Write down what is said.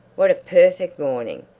what a perfect morning!